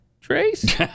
Trace